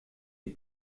est